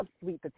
sweet